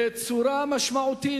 בצורה משמעותית,